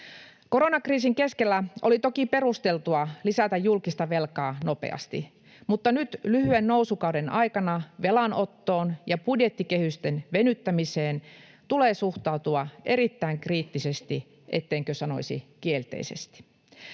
Koronakriisin keskellä oli toki perusteltua lisätä julkista velkaa nopeasti, mutta nyt lyhyen nousukauden aikana velanottoon ja budjettikehysten venyttämiseen tulee suhtautua erittäin kriittisesti, ettenkö sanoisi kielteisesti.